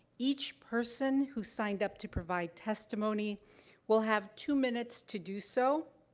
each person who signed up to provide testimony will have two minutes to do so,